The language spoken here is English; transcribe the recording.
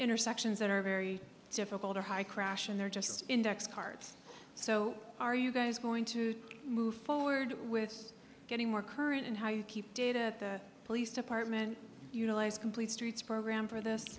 intersections that are very difficult or high crash and they're just index cards so are you guys going to move forward with getting more current and how you keep data police department utilize complete streets program for this